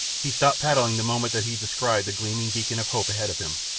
he stopped paddling the moment that he descried the gleaming beacon of hope ahead of him.